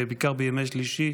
בעיקר בימי שלישי,